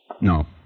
No